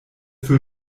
für